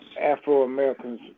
Afro-Americans